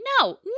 no